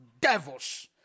devils